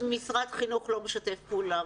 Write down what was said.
משרד חינוך לא משתף פעולה?